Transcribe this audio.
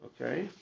okay